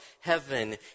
heaven